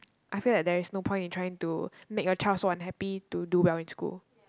I feel like there's no point in trying to make your child so unhappy to do well in school